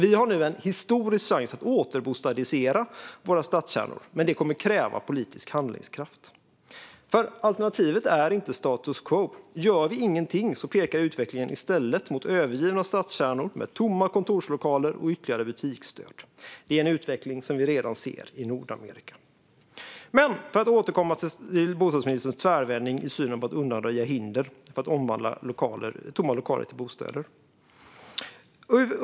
Vi har nu en historisk chans att återbostadisera våra stadskärnor, men detta kommer att kräva politisk handlingskraft. Alternativet är inte status quo. Gör vi ingenting pekar utvecklingen i stället mot övergivna stadskärnor med tomma kontorslokaler och ytterligare butiksdöd. Det är en utveckling som vi redan ser i Nordamerika. Jag vill återkomma till bostadsministerns tvärvändning i synen på att undanröja hinder för att omvandla tomma lokaler till bostäder.